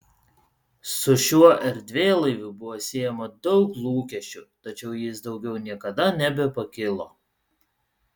su šiuo erdvėlaiviu buvo siejama daug lūkesčių tačiau jis daugiau niekada nebepakilo